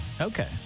Okay